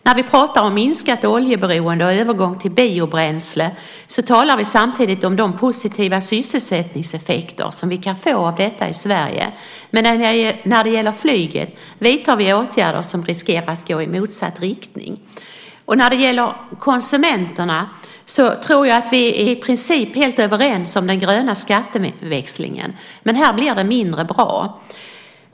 När vi pratar om minskat oljeberoende och övergång till biobränslen talar vi samtidigt om de positiva sysselsättningseffekter som vi kan få av detta i Sverige. Men när det gäller flyget vidtar vi åtgärder som riskerar att gå i motsatt riktning. När det gäller konsumenterna tror jag att vi i princip är helt överens om den gröna skatteväxlingen, men här blev det mindre bra.